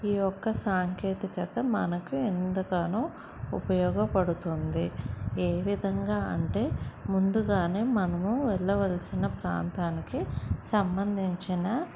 ఈ యొక్క సాంకేతికత మనకు ఎందుకనో ఉపయోగపడుతుంది ఏ విధంగా అంటే ముందుగానే మనము వెళ్ళవలసిన ప్రాంతానికి సంబంధించిన